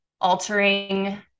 altering